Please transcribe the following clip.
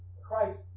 Christ